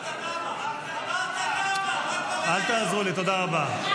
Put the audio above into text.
--- אל תעזרו לי, תודה רבה.